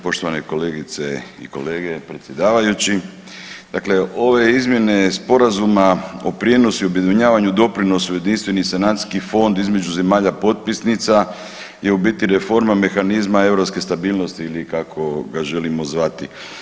Poštovane kolegice i kolege, predsjedavajući, dakle ove izmjene Sporazuma o prijenosu i objedinjavanju doprinosa u jedinstveni sanacijski fond između zemlja potpisnica je u biti reforma mehanizma europske stabilnosti ili kako ga želimo zvati.